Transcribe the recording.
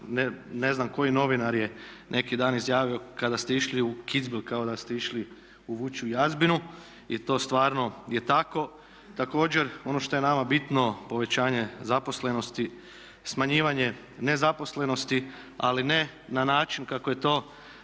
ne znam koji novinar je neki dan izjavio kada ste išli u Kitzburg kao da ste išli u vučju jazbinu i to stvarno je tako. Također ono šta je nama bitno povećanje zaposlenosti, smanjivanje nezaposlenosti ali ne na način kako je to